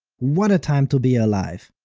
what a time to be alive!